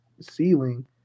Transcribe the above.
ceiling